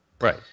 Right